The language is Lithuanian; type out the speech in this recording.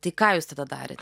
tai ką jūs tada darėt